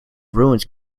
ruined